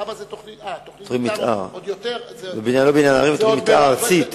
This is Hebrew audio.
תוכנית מיתאר, עוד יותר, תוכנית מיתאר ארצית.